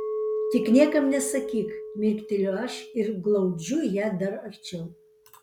tik niekam nesakyk mirkteliu aš ir glaudžiu ją dar arčiau